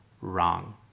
wrong